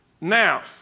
now